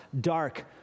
dark